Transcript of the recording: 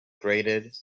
graded